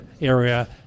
area